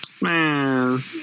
Man